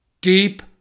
Deep